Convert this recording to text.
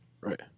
Right